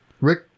Rick